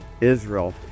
Israel